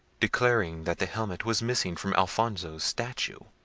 declaring that the helmet was missing from alfonso's statue.